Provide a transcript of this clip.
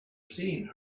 seen